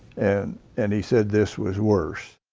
and and he said this was worse.